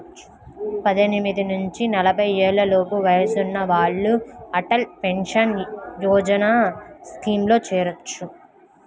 పద్దెనిమిది నుంచి నలభై ఏళ్లలోపు వయసున్న వాళ్ళు అటల్ పెన్షన్ యోజన స్కీమ్లో చేరొచ్చు